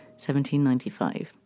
1795